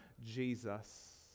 Jesus